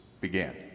began